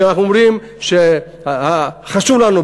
אנחנו אומרים שחשוב לנו,